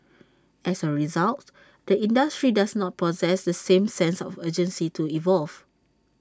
as A result the industry does not possess the same sense of urgency to evolve